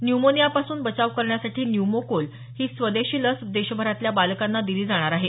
न्यूमोनिआपासून बचाव करणारी न्यूमोकोल ही स्वदेशी लस देशभरातल्या बालकांना दिली जाणार आहे